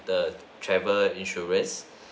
the travel insurance